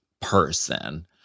person